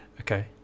Okay